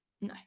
No